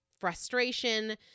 frustration